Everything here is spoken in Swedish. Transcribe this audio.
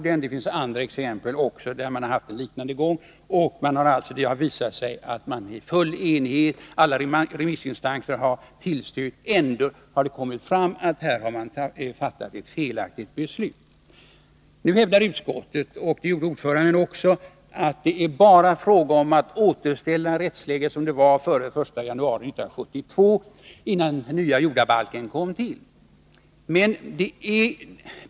Det finns andra exempel där gången varit likartad och där man i full enighet — alla remissinstanser har tillstyrkt — kommit fram till att ett fattat beslut var felaktigt. Nu hävdar utskottsordföranden att det bara är fråga om att återställa rättsläget till det som rådde före den 1 januari 1972, alltså innan den nya jordabalken kom till.